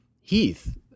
Heath